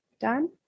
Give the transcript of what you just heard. done